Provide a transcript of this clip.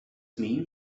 mean